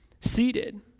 seated